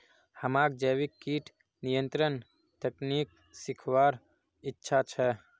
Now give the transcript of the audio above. हमाक जैविक कीट नियंत्रण तकनीक सीखवार इच्छा छ